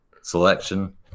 selection